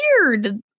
weird